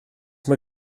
mae